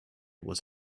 was